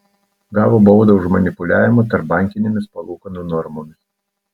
gavo baudą už manipuliavimą tarpbankinėmis palūkanų normomis